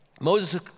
Moses